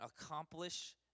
accomplish